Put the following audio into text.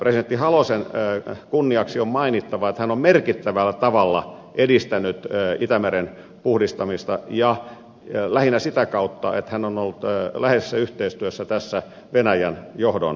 presidentti halosen kunniaksi on mainittava että hän on merkittävällä tavalla edistänyt itämeren puhdistamista lähinnä sitä kautta että hän on ollut läheisessä yhteistyössä tässä venäjän johdon kanssa